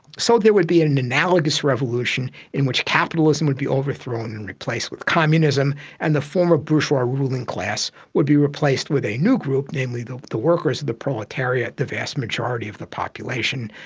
so there would be an analogous revolution in which capitalism would be overthrown and replaced with communism and the former bourgeois working class would be replaced with a new group, namely the the workers of the proletariat, the vast majority of the population,